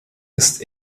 ist